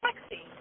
sexy